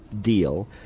Deal